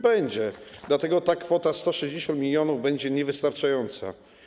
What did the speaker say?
Będzie, dlatego kwota 160 mln będzie niewystarczająca.